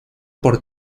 por